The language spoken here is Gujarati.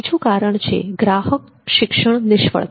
બીજું કારણ છે ગ્રાહક શિક્ષણ નિષ્ફળતા